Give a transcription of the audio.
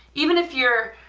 even if you're